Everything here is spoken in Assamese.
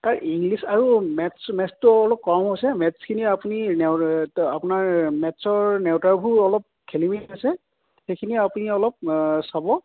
তাৰ ইংলিছ আৰু মেথছ মেথছটো অলপ কম হৈছে মেথছখিনি আপুনি আপোনাৰ মেথছৰ নেওঁতাভোৰ অলপ খেলি মেলি আছে সেইখিনি আপুনি অলপ চাব